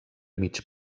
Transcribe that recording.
mig